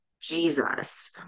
Jesus